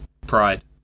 pride